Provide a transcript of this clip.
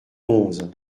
onze